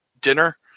dinner